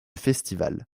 festival